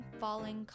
falling